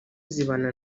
zibana